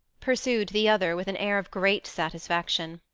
pursued the other, with an air of great satisfaction,